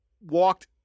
walked